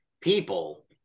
people